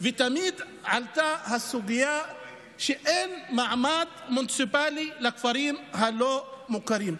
ותמיד עלתה הסוגיה שאין מעמד מוניציפלי לכפרים הלא-מוכרים.